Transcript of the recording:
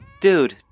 Dude